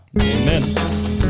Amen